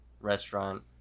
restaurant